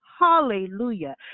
Hallelujah